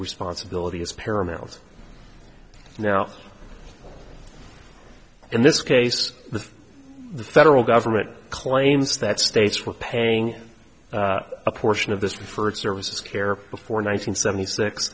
responsibility is paramount now in this case the federal government claims that states were paying a portion of this preferred services care before nine hundred seventy six